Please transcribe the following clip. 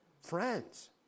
Friends